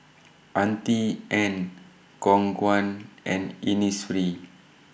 Auntie Anne's Khong Guan and Innisfree